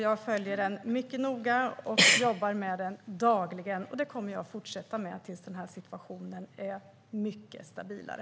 Jag följer den mycket noga och jobbar med den dagligen, och det kommer jag att fortsätta med tills situationen är mycket stabilare.